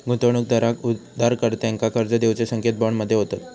गुंतवणूकदार उधारकर्त्यांका कर्ज देऊचे संकेत बॉन्ड मध्ये होतत